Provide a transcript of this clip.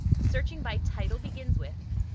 searching by title begins with,